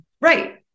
Right